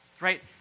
right